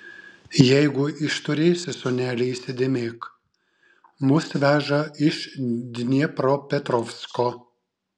jeigu išturėsi sūneli įsidėmėk mus veža iš dniepropetrovsko